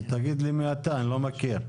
אז תגיד לי מי אתה, אני לא מכיר.